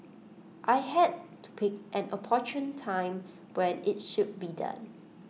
I had to pick an opportune time when IT should be done